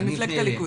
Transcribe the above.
ממפלגת הליכוד.